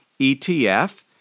ETF